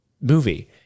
movie